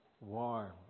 warm